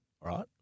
right